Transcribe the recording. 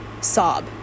sob